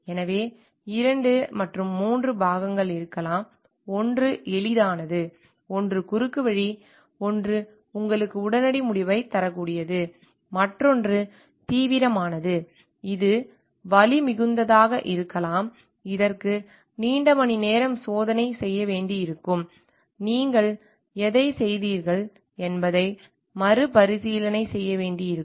எனவே 2 3 பாகங்கள் இருக்கலாம் ஒன்று எளிதானது ஒன்று குறுக்குவழி ஒன்று உங்களுக்கு உடனடி முடிவைத் தரக்கூடியது மற்றொன்று தீவிரமானது இது வலிமிகுந்ததாக இருக்கலாம் இதற்கு நீண்ட மணிநேரம் சோதனை செய்ய வேண்டியிருக்கும் நீங்கள் எதைச் செய்தீர்கள் என்பதை மறுபரிசீலனை செய்ய வேண்டியிருக்கும்